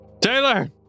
Taylor